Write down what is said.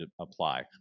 apply